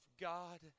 God